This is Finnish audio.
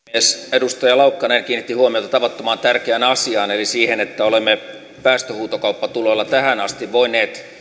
edustaja laukkanen kiinnitti huomiota tavattoman tärkeään asiaan eli siihen että olemme päästöhuutokauppatuloilla tähän asti voineet